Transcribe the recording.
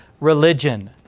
religion